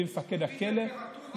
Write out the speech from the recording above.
לפי מפקד הכלא,